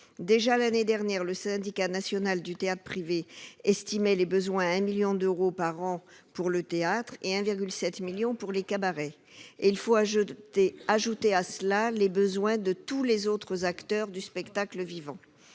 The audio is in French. pas. L'année dernière, déjà, le Syndicat national du théâtre privé estimait les besoins à 1 million d'euros par an pour le théâtre et à 1,7 million d'euros pour le cabaret. Il faut ajouter à cela les besoins de tous les autres acteurs du spectacle vivant.